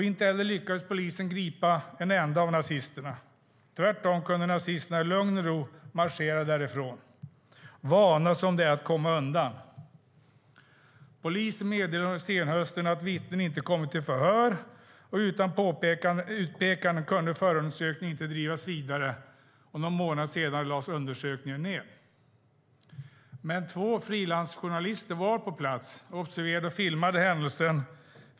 Inte heller lyckades polisen gripa en enda av nazisterna. Tvärtom kunde nazisterna i lugn och ro marschera därifrån, vana som de är att komma undan. Polisen meddelade under senhösten att vittnen inte kommit till förhör, och utan utpekanden kunde förundersökningen inte drivas vidare. Någon månad senare lades undersökningen ned. Men två frilansjournalister var på plats och observerade och filmade händelsen.